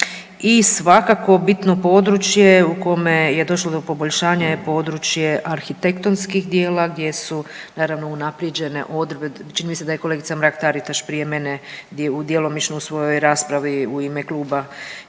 I svakako bitno područje u kome je došlo do poboljšanja je područje arhitektonskih dijela gdje su naravno unaprijeđene odredbe, čini mi se da je kolegica Mrak Taritaš prije mene djelomično u svojoj raspravi u ime kluba